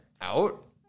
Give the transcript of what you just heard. out